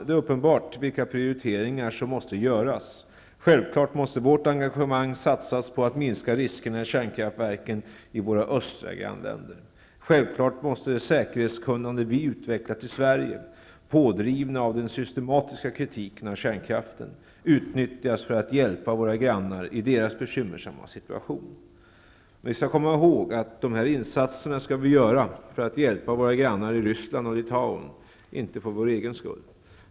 Det är uppenbart vilka prioriteringar som måste göras. Självfallet måste vårt engagemang satsas på att minska riskerna i kärnkraftverken i våra östra grannländer. Självfallet måste det säkerhetskunnande vi har utvecklat i Sverige, pådrivna av den systematiska kritiken av kärnkraften, utnyttjas för att hjälpa våra grannar i deras bekymmersamma situation. Vi skall komma ihåg att vi skall göra de här insatserna för att hjälpa våra grannar i Ryssland och Litauen, inte för vår egen skull.